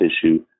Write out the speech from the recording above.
tissue